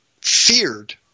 feared